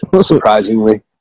surprisingly